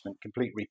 complete